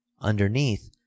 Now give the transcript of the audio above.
underneath